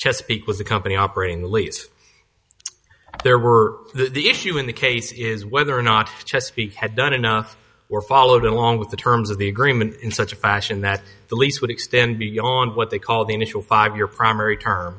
chesapeake was a company operating late there were the issue in the case is whether or not chesapeake had done enough or followed along with the terms of the agreement in such a fashion that the lease would extend beyond what they call the initial five your primary term